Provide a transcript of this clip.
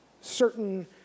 Certain